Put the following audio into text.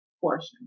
portion